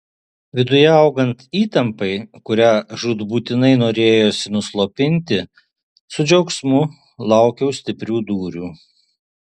viduje augant įtampai kurią žūtbūtinai norėjosi nuslopinti su džiaugsmu laukiau stiprių dūrių